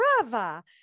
brava